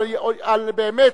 באמת,